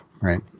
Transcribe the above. right